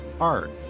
art